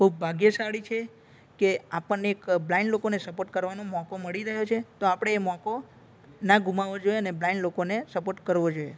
ખૂબ ભાગ્યશાળી છીએ કે આપણને એક બ્લાઇન્ડ લોકોને સપોર્ટ કરવાનો મોકો મળી રહ્યો છે તો આપણે એ મોકો ન ગુમાવવો જોઈએ અને બ્લાઇન્ડ લોકોને સપોર્ટ કરવો જોઈએ